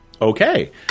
Okay